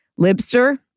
Libster